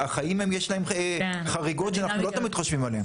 החיים הם יש להם חריגות שאנחנו לא תמיד חושבים עליהם.